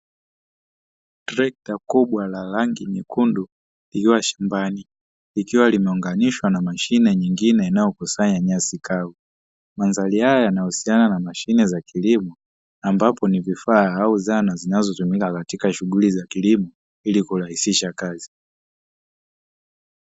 trekta kubwa la rangi nyekundu likiwa shambani likiwa limeunganishwa na mashine nyingine inayokusanya nyasi kavu mandhari haya yanahusiana na mashine ya kilimo ambapo ni vifaa au zana zinazotumika katika shughuli za kilimo ili kurahisisha kazi